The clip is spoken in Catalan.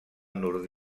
nord